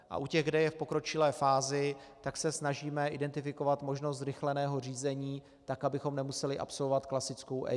A u těch, kde je v pokročilé fázi, se snažíme identifikovat možnost zrychleného řízení, abychom nemuseli absolvovat klasickou EIA.